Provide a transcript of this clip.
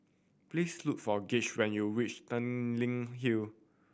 please look for Gauge when you reach Tanglin Hill